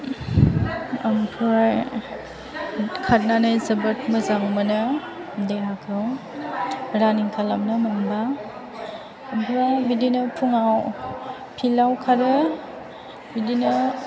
ओमफ्राय खारनानै जोबोद मोजां मोनो देहाखौ रानिं खालामनो मोनबा ओमफ्राय बिदिनो फुङाव फिल्डाव खारो बिदिनो